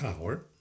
power